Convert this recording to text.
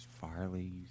Farley